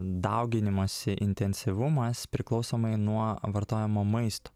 dauginimosi intensyvumas priklausomai nuo vartojamo maisto